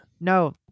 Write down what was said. No